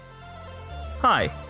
Hi